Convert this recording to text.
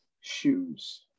shoes